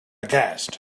aghast